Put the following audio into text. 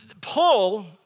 Paul